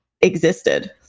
existed